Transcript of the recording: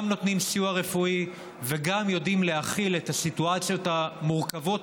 גם נותנים סיוע רפואי וגם יודעים להכיל את הסיטואציות המורכבות